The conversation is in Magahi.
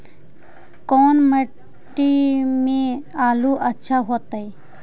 कोन मट्टी में आलु अच्छा होतै?